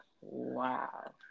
wow